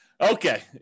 okay